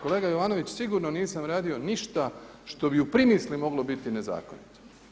Kolega Jovanović, sigurno nisam radio ništa što bi i u primisli moglo biti nezakonito.